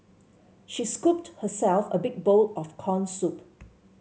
she scooped herself a big bowl of corn soup